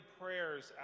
prayers